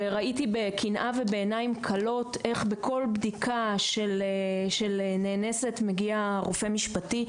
וראיתי בקנאה ובעיניים קלות איך בכל בדיקה של נאנסת מגיע הרופא המשפטי.